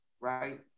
right